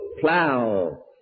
plow